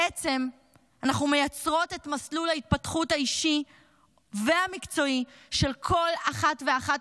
בעצם אנחנו מייצרות את מסלול ההתפתחות האישי והמקצועי של כל אחת ואחת